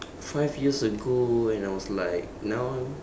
five years ago when I was like now